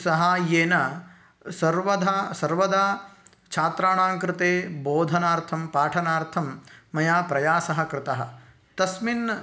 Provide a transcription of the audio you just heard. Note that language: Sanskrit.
साहाय्येन सर्वधा सर्वदा छात्राणांकृते बोधनार्थं पाठनार्थं मया प्रयासः कृतः तस्मिन्